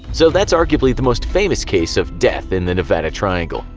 so, that's arguably the most famous case of death in the nevada triangle.